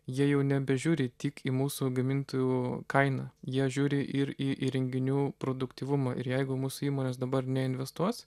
jie jau nebežiūri tik į mūsų gamintojų kainą jie žiūri ir į įrenginių produktyvumą ir jeigu mūsų įmonės dabar neinvestuos